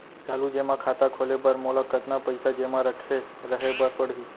चालू जेमा खाता खोले बर मोला कतना पइसा जेमा रखे रहे बर पड़ही?